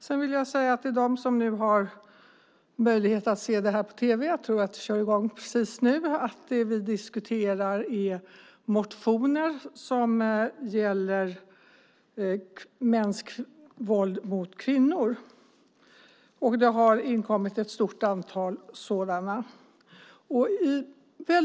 Till dem som har möjlighet att se det här på tv - jag tror att sändningen kör i gång precis nu - vill jag säga att det vi diskuterar är motioner som gäller mäns våld mot kvinnor, och det har inkommit ett stort antal sådana.